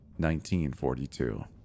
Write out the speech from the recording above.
1942